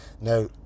Now